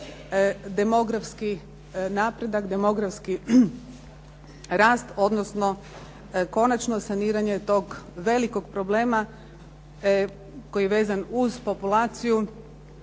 demografski napredak, demografski rast odnosno konačno saniranje tog velikog problema koji je vezan uz populaciju